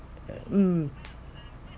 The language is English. um